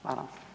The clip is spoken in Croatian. Hvala.